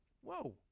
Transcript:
Whoa